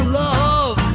love